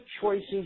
choices